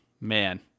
man